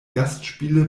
gastspiele